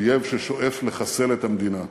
אויב ששואף לחסל את המדינה.